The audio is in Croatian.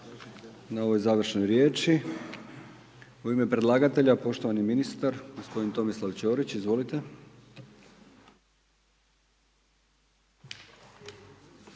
na ovoj završnoj riječi. U ime predlagatelja poštovani ministar gospodin Tomislav Ćorić, izvolite.